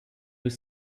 were